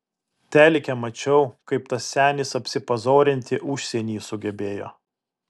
telike mačiau kaip tas senis apsipazorinti užsieny sugebėjo